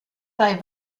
bei